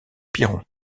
piron